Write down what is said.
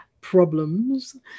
problems